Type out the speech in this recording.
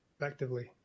effectively